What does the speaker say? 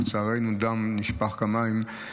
ולצערנו דם נשפך כמים,